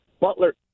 butler